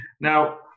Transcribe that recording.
Now